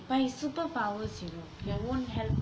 but it's super powers you know it won't help